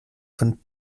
von